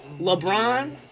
LeBron